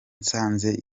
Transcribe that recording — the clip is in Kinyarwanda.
nsanze